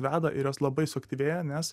veda ir jos labai suaktyvėja nes